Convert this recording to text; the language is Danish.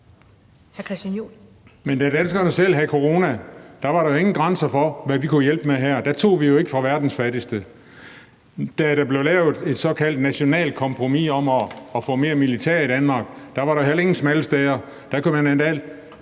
da danskerne selv havde corona, var der jo ingen grænser for, hvad vi kunne hjælpe med her, og da tog vi jo ikke fra verdens fattigste. Da der blev lavet et såkaldt nationalt kompromis om at få mere militær i Danmark, var der jo heller ingen smalle steder.